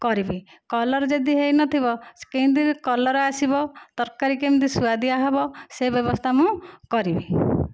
କରିବି କଲର୍ ଯଦି ହୋଇନଥିବ କେମିତି କଲର୍ ଆସିବ ତରକାରୀ କେମିତି ସୁଆଦିଆ ହେବ ସେ ବ୍ୟବସ୍ଥା ମୁଁ କରିବି